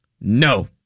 No